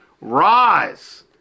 rise